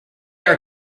are